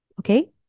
Okay